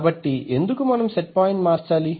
కాబట్టి ఎందుకు మనం సెట్ పాయింట్ మార్చాలి